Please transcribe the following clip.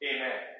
Amen